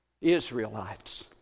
Israelites